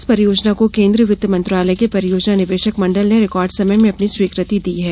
इस परियोजना को केन्द्रीय वित्त मंत्रालय के परियोजना निवेशक मंडल ने रिकॉर्ड समय में अपनी स्वीकृति दी है